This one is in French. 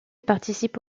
participe